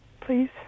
Please